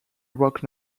rock